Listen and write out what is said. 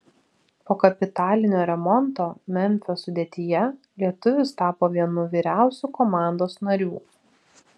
po kapitalinio remonto memfio sudėtyje lietuvis tapo vienu vyriausių komandos narių